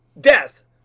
death